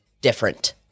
different